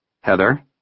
heather